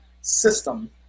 system